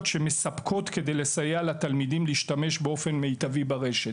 שמספקות כדי לסייע לתלמידים להשתמש באופן מיטבי ברשת.